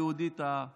ברצח של יהודה דימנטמן